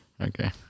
Okay